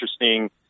interesting